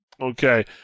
Okay